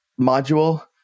module